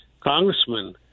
congressman